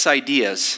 ideas